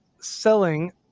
selling